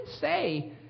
say